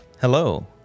Hello